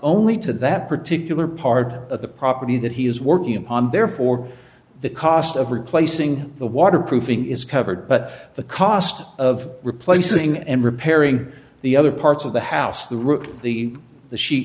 only to that particular part of the property that he is working and therefore the cost of replacing the waterproofing is covered but the cost of replacing and repairing the other parts of the house the roof the the sheet